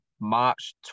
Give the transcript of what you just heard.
March